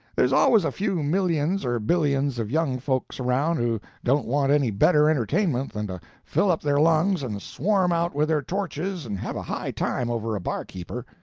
there's always a few millions or billions of young folks around who don't want any better entertainment than to fill up their lungs and swarm out with their torches and have a high time over a barkeeper.